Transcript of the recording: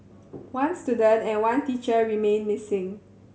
one student and one teacher remain missing